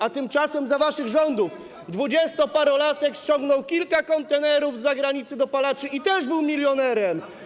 A tymczasem za waszych rządów dwudziestoparolatek ściągnął kilka kontenerów dopalaczy z zagranicy i też był milionerem.